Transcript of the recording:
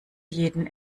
jeden